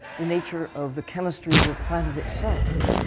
the nature of the chemistry of the planet itself.